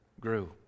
grew